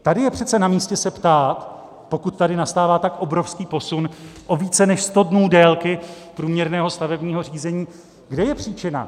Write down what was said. Tady je přece namístě se ptát, pokud tady nastává tak obrovský posun o více než 100 dnů délky průměrného stavebního řízení, kde je příčina.